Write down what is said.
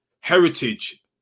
Heritage